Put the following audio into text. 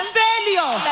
failure